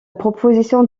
proposition